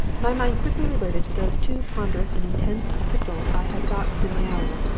my mind quickly reverted to those two ponderous and intense epistles i had got within the hour,